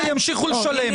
מי בעד קבלת ההסתייגות?